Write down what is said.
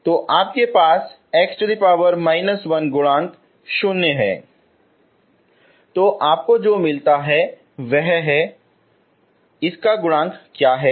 तो आपके पास x−1 गुणांक 0 है तो आपको जो मिलता है वह है तो इसका गुणांक क्या है